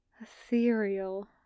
ethereal